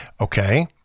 Okay